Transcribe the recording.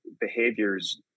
behaviors